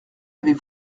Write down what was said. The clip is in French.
avait